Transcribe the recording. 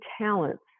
talents